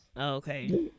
okay